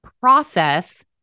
process